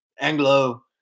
Anglo